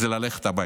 הוא ללכת הביתה.